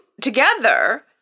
together